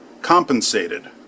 compensated